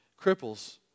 Cripples